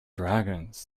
dragons